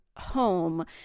home